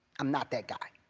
i'm not that guy.